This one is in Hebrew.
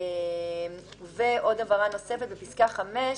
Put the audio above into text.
בפסקה (5),